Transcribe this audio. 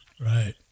Right